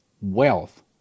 wealth